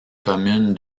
commune